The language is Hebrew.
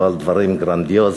לא על דברים גרנדיוזיים,